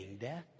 death